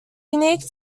unique